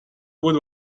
بود